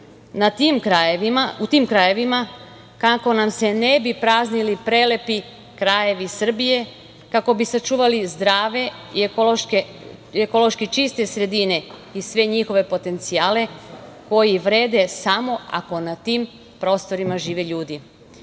u tim krajevima, kako nam se ne bi praznili prelepi krajevi Srbije, kako bi sačuvali zdrave i ekološki čiste sredine i sve njihove potencijale koji vrede samo ako na tim prostorima žive ljudi. Na